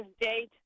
date